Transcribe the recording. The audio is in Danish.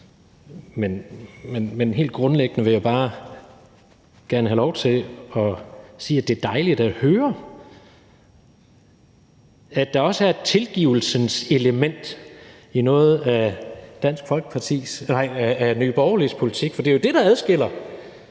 Men helt grundlæggende vil jeg bare gerne have lov til at sige, at det er dejligt at høre, at der også er et tilgivelsens element i noget af Nye Borgerliges politik, for det er jo det, der i den